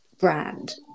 brand